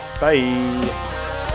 Bye